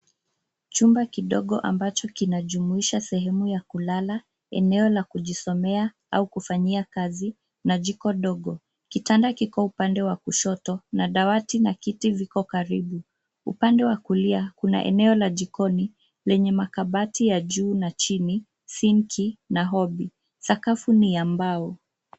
Chumba kidogo ambacho kinajumuisha sehemu ya kulala, eneo la kujisomea au kufanyia kazi na jiko dogo. Kitanda kiko upande wa kushoto na dawati na kiti viko karibu . Upande wa kulia, kuna eneo la jikoni lenye makabati ya juu na chini, sinki na hobby . Sakafu ni ya mbao.